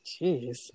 Jeez